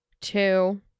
two